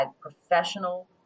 professional